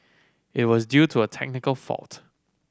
it was due to a technical fault